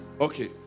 Okay